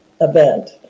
event